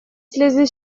слезли